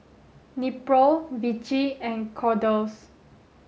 Nepro Vichy and Kordel's